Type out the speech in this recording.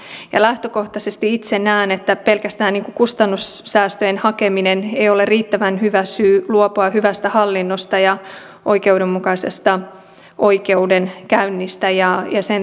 lähtökohtaisesti itse näen että pelkästään kustannussäästöjen hakeminen ei ole riittävän hyvä syy luopua hyvästä hallinnosta ja oikeudenmukaisesta oikeudenkäynnistä ja sen turvaamisesta